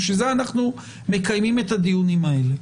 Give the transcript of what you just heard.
בשביל זה אנחנו מקיימים את הדיונים האלה.